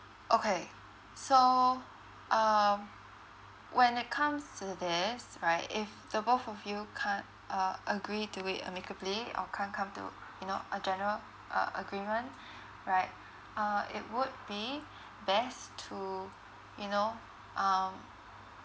okay so um when it comes to this right if the both of you can't uh agree to wait amicably or can't come to you know a general uh agreement right uh it would be best to you know um